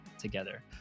together